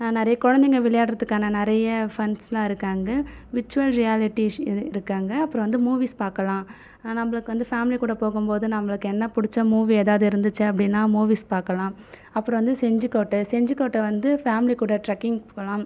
ந நிறைய குழந்தைங்க விளையாடுறத்துக்கான நிறைய ஃபன்ஸெலாம் இருக்கங்கெ விர்ச்சுவல் ரியாலிட்டி இருக்கங்கே அப்புறம் வந்து மூவிஸ் பார்க்கலாம் ந நம்மளுக்கு வந்து ஃபேமிலி கூட போகும் போது நம்பளுக்கு என்ன பிடித்த மூவி ஏதாவது இருந்துச்சு அப்படின்னா மூவிஸ் பார்க்கலாம் அப்புறம் வந்து செஞ்சி கோட்டை செஞ்சிக்கோட்டை வந்து ஃபேமிலி கூட ட்ரக்கிங் போகலாம்